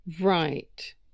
Right